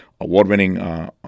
award-winning